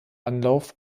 anlauf